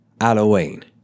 halloween